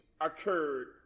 occurred